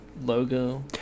Logo